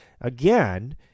again